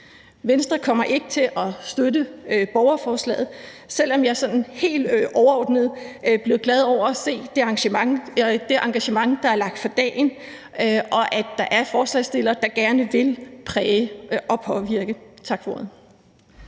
Venstre kommer ikke til at støtte borgerforslaget, selv om jeg sådan helt overordnet blev glad over at se det engagement, der er lagt for dagen, og at der er forslagsstillere, der gerne vil præge og påvirke. Tak for ordet.